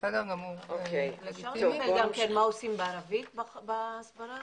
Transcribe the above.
וגם כן מה עושים בערבית בהסברה?